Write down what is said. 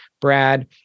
Brad